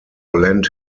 lent